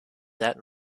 that